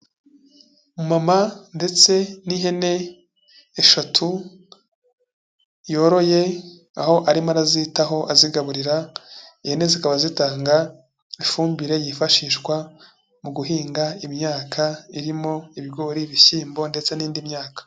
Umumama ndetse n'ihene eshatu yoroye, aho arimo arazitaho azigaburira, ihene zikaba zitanga ifumbire yifashishwa mu guhinga imyaka irimo ibigori, ibishyimbo ndetse n'indi myaka.